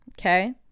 okay